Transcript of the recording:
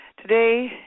Today